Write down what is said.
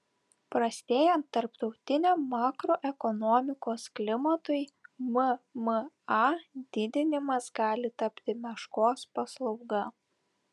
prastėjant tarptautiniam makroekonomikos klimatui mma didinimas gali tapti meškos paslauga